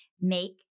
make